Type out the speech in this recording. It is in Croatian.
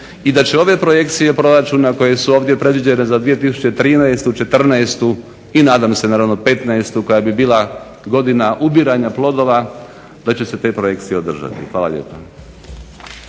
i da će ove projekcije proračuna koje su ovdje predviđanja za 2013., 14. i nadam se naravno 15.koja bi bila godina ubiranja plodova da će se te projekcije održati. Hvala lijepa.